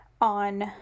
on